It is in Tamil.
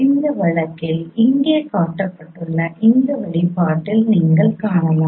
இந்த வழக்கில் இங்கே காட்டப்பட்டுள்ள அந்த வெளிப்பாட்டில் நீங்கள் காணலாம்